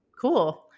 Cool